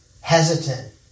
Hesitant